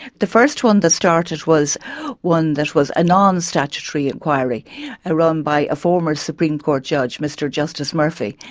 the first one that started was one that was a nonstatutory inquiry ah run by a former supreme court judge, mr justice murphy.